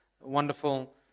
Wonderful